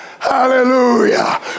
Hallelujah